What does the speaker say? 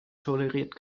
toleriert